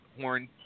Horn